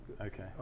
okay